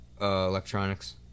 Electronics